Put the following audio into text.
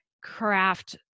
craft